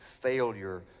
failure